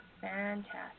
Fantastic